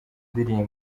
ndirimbo